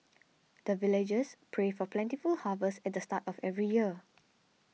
the villagers pray for plentiful harvest at the start of every year